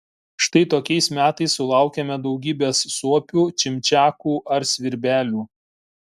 štai tokiais metais sulaukiame daugybės suopių čimčiakų ar svirbelių